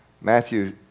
Matthew